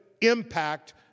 impact